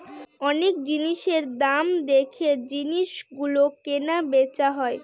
অনেক জিনিসের দাম দেখে জিনিস গুলো কেনা বেচা হয়